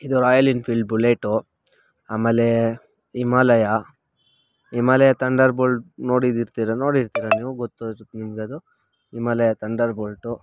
royal Enfield Bullet ಆಮೇಲೆ Himalaya Himalaya Thunder Bull ನೋಡಿರ್ತೀರ ನೋಡಿರ್ತೀರ ನೀವು ಗೊತ್ತು ಇರತ್ತೆ ನಿಮಗದು ಇಮಾಲಯ ಥಂಡರ್ ಬೋಲ್ಟು